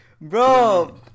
bro